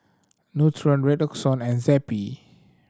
Nutren Redoxon and Zappy